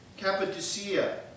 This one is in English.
Cappadocia